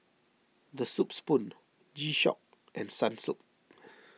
the Soup Spoon G Shock and Sunsilk